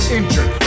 injured